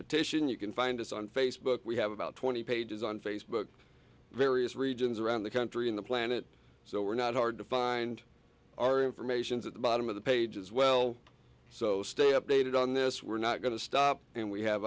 petition you can find us on facebook we have about twenty pages on facebook various regions around the country in the planet so we're not hard to find our information is at the bottom of the page as well so stay updated on this we're not going to stop and we have